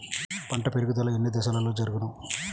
పంట పెరుగుదల ఎన్ని దశలలో జరుగును?